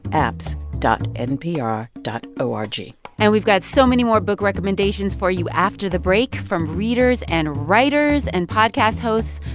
apps npr dot o r g and we've got so many more book recommendations for you after the break, from readers and writers and podcast hosts,